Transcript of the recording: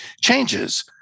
changes